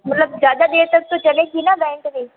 मतलब ज़्यादा देर तक तो चलेगी ना बैंट्री